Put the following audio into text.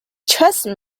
trusted